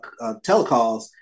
telecalls